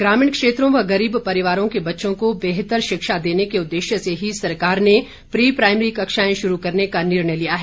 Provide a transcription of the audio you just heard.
ग्रामीण क्षेत्रों व गरीब परिवारों के बच्चों को बेहतर शिक्षा देने के उद्देश्य से ही सरकार ने प्री प्राइमरी कक्षाएं शुरू करने का निर्णय लिया है